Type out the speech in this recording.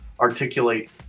articulate